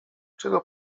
czego